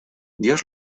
dios